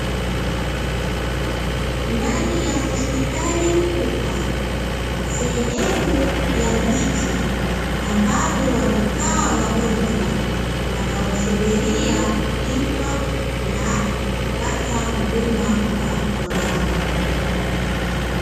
Ndani ya hospitali kubwa, sehemu ya viti ambavyo wamekaa wagonjwa wanaosubiria kuitwa na kupata huduma kwa waganga.